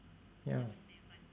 ya